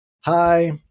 Hi